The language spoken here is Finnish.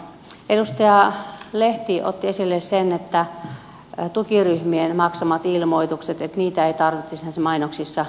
edustaja lehti otti esille tukiryhmien maksamat ilmoitukset että niitä ei tarvitsisi näissä mainoksissa kertoa